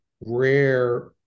rare